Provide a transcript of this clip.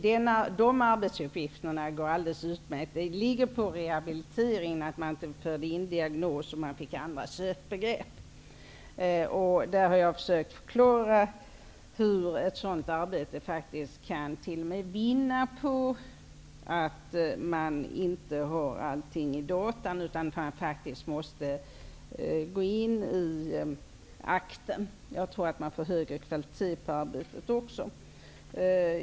Dessa arbetsuppgifter går alldeles utmärkt att utföra. Inom rehabiliteringen för man inte in diagnos, och man har fått andra sökbegrepp. Jag har här försökt förklara hur ett sådant arbete t.o.m. kan vinna på att man inte har allt i dataregister, utan att man faktiskt måste gå in i akten. Jag tror att man då får en högre kvalitet på arbetet.